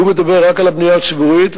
הוא מדבר רק על הבנייה הציבורית,